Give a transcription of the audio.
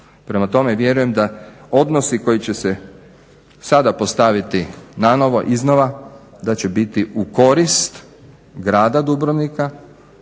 Prema tome vjerujem da odnosi koji će se sada postaviti nanovo, iznova da će biti u korist grada Dubrovnika,